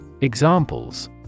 Examples